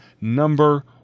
number